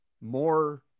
more